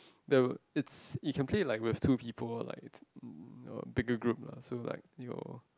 there were it's you can play it like with two people like it's uh bigger group lah so like your